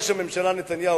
ראש הממשלה נתניהו,